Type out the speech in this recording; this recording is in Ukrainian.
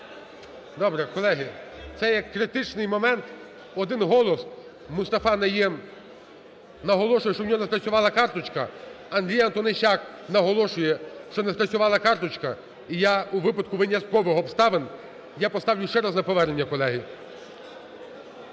Добре, колеги, це є критичний момент, один голос. Мустафа Найєм, наголошує, що в нього не спрацювала карточка. Андрій Антонищак, наголошує, що не спрацювала карточка і я у випадку виняткових обставин, я поставлю ще раз на повернення, колеги.